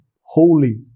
holy